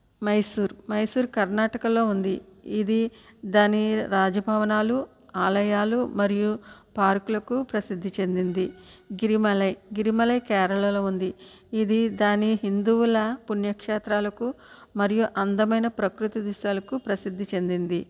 మైసూర్ మైసూర్ కర్ణాటకలో ఉంది ఇది దాని రాజభవనాలు ఆలయాలు మరియు పార్కులకు ప్రసిద్ధి చెందింది గిరిమలై గిరిమలై కేరళలో ఉంది ఇది దాని హిందువుల పుణ్యక్షేత్రాలకు మరియు అందమైన ప్రకృతి దృశ్యాలకు ప్రసిద్ధి చెందింది